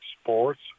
sports